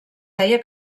deia